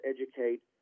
educate